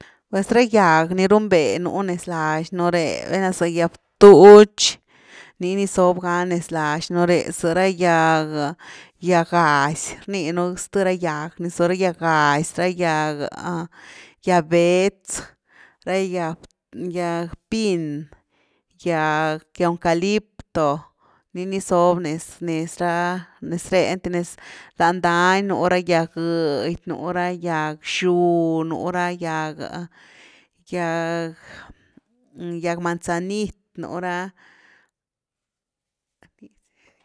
Pues ya gyag ni runbé nú nez lax nú ré, belna za ra gyag btuch, nii ni zob ga nez lax nú ré, zara gyag–gyag gazy rninu zth ra gyag ni, ra gyag gazy ra gyag, gyag bétz, gyag-gyag pin. Gyag eucalipto nii ni zob nez reeinty nez lany dany nú ra gyag gëdy nú ra gyag bxu, nú ra gyag-gyag manzanit nú ra.